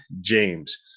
James